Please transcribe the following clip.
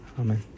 Amen